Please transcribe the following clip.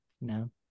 no